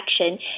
action